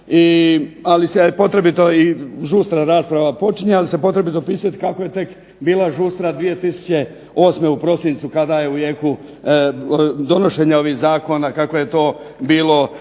ali se potrebito opisati kako je tek bila žustra 2008. u prosincu kada je u jeku donošenja ovih zakona kako je to bilo